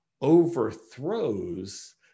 overthrows